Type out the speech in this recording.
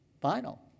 final